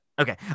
Okay